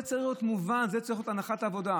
זה צריך להיות מובן, זאת צריכה להיות הנחת העבודה,